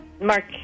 Mark